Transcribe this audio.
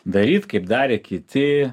daryt kaip darė kiti